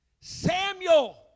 Samuel